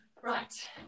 right